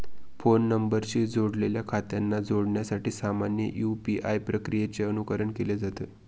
phone नंबरशी जोडलेल्या खात्यांना जोडण्यासाठी सामान्य यू.पी.आय प्रक्रियेचे अनुकरण केलं जात